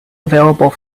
available